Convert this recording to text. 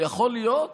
יכול להיות